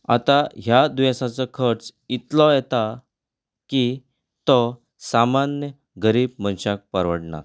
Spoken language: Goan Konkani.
आतां ह्या दुयेंसाचो खर्च इतलो येता की तो सामान्य गरीब मनशाक परवडना